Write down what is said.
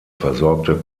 versorgte